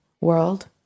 world